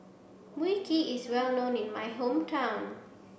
Wui Kee is well known in my hometown